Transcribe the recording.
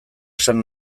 esan